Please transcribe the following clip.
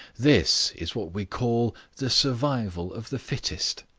this is what we call the survival of the fittest.